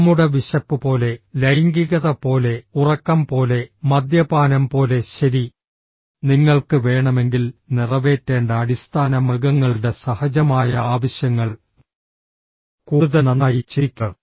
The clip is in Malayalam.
നമ്മുടെ വിശപ്പ് പോലെ ലൈംഗികത പോലെ ഉറക്കം പോലെ മദ്യപാനം പോലെ ശരി നിങ്ങൾക്ക് വേണമെങ്കിൽ നിറവേറ്റേണ്ട അടിസ്ഥാന മൃഗങ്ങളുടെ സഹജമായ ആവശ്യങ്ങൾ കൂടുതൽ നന്നായി ചിന്തിക്കുക